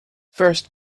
first